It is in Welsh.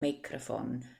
meicroffon